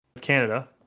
Canada